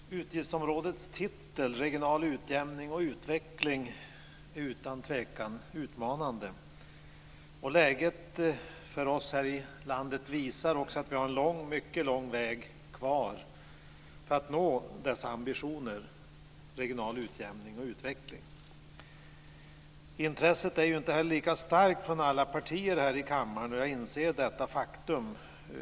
Fru talman! Utgiftsområdets titel Regional utjämning och utveckling är utan tvivel utmanande. Läget för oss här i landet visar att vi har en mycket lång väg kvar för att nå ambitionen regional utjämning och utveckling. Intresset är inte heller lika starkt från alla partierna här i kammaren, och jag inser detta faktum.